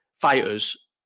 fighters